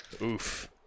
Oof